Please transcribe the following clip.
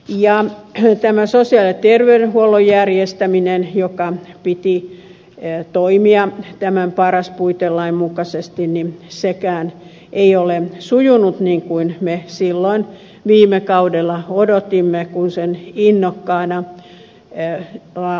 ja tämä sosiaali ja terveydenhuollon järjestäminen jonka piti toimia tämän paras puitelain mukaisesti sekään ei ole sujunut niin kuin me silloin viime kaudella odotimme kun sen innokkaana laadimme